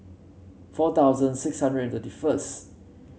four thousand six hundred and thirty first